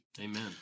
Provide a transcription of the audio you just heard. Amen